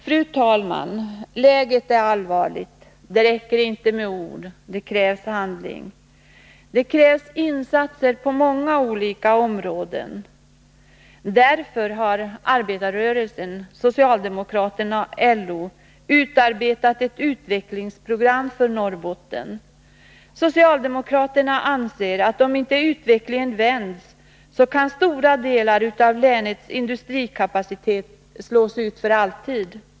Fru talman! Läget är allvarligt — det räcker inte med ord, nu krävs det handling. Det krävs insatser på många olika områden. Därför har arbetarrörelsen, socialdemokraterna och LO utarbetat ett utvecklingsprogram för Norrbotten. Socialdemokraterna anser att om inte utvecklingen vänds, så kan stora delar av länets industrikapacitet slås ut för alltid.